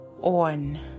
on